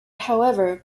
however